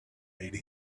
made